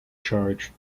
charge